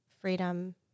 freedom